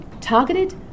targeted